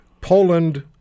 Poland